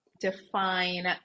define